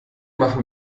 machen